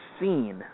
seen